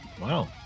Wow